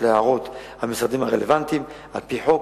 להערות המשרדים הרלוונטיים על-פי החוק,